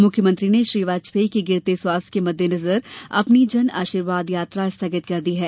मुख्यमंत्री ने श्री वाजपेयी के गिरते स्वास्थ्य के मद्देनजर अपनी जनआशीर्वाद यात्रा स्थगित कर दी है